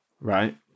Right